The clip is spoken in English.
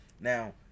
Now